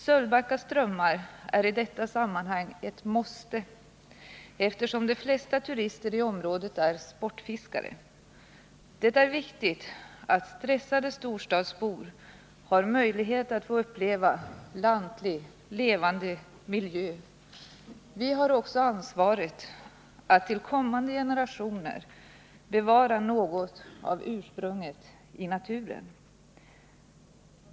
Sölvbacka strömmar är i detta sammanhang ett måste, eftersom de flesta turister i området är sportfiskare. Det är viktigt att stressade storstadsbor har möjlighet att få uppleva lantlig, levande miljö. Vi har också ansvaret att till kommande generationer bevara något av ursprunget i naturen.